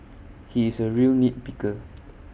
he is A real nit picker